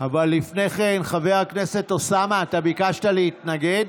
לפני כן, חבר הכנסת אוסאמה, אתה ביקשת להתנגד?